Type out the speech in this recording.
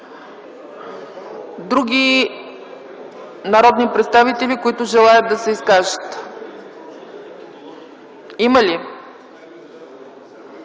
Други народни представители, които желаят да се изкажат, има ли?